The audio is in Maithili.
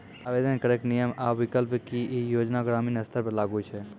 आवेदन करैक नियम आ विकल्प? की ई योजना ग्रामीण स्तर पर लागू छै?